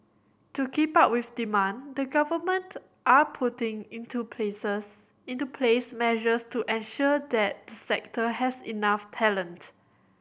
to keep up with demand the government are putting into places into place measures to ensure that the sector has enough talent